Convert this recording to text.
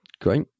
Great